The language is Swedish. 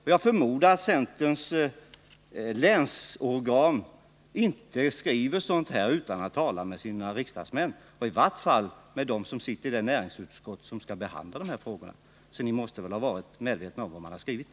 Och jag förmodar att centerns länsorgan inte skriver sådant här utan att tala med sina riksdagsmän, och i vart fall inte utan att tala med dem som sitter i det näringsutskott som skall behandla frågorna, så ni måste väl ha varit medvetna om vad man har skrivit.